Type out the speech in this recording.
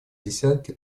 десятки